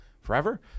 forever